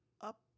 up